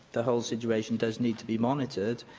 the whole situation does need to be monitored,